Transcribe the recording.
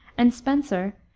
and spenser,